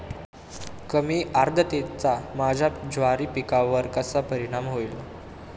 कमी आर्द्रतेचा माझ्या ज्वारी पिकावर कसा परिणाम होईल?